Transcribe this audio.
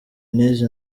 nize